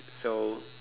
so